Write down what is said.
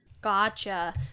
Gotcha